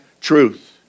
truth